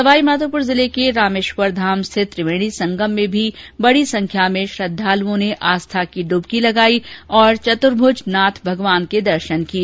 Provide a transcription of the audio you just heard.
सवाई माधोपूर जिले के रामेश्वर धाम स्थित त्रिवेणी संगम में भी बड़ी संख्या में श्रद्धालुओं ने आस्या की डुवकी लगाई और चतुर्भुज नाथ भगवान के दर्शन किए